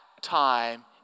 time